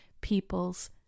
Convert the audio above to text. people's